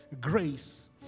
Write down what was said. Grace